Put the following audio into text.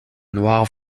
noire